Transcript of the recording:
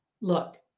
Look